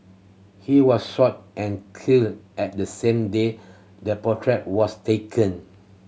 he was shot and killed at the same day the portrait was taken